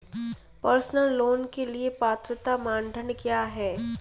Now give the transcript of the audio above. Personal loan के लिए पात्रता मानदंड क्या हैं?